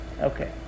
Okay